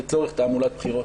לצורך תעמולת בחירות.